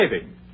saving